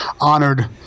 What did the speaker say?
honored